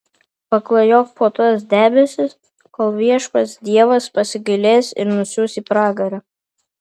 paklajok po tuos debesis kol viešpats dievas pasigailės ir nusiųs į pragarą